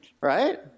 Right